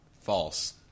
False